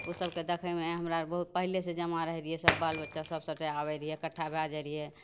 उ सबके देखयमे हमरा आर बहुत पहिलेसँ जमा रहय रहियै सब बाल बच्चासब सबके आबय रहियै इकट्ठा भए जाइ रहियै